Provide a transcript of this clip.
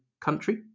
country